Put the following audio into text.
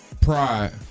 Pride